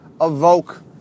evoke